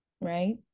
right